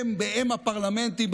באם הפרלמנטים,